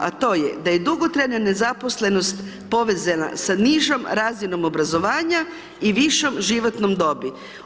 A to je, da je dugotrajna nezaposlenost povezana sa nižom razinom obrazovanja i višom životnom dobi.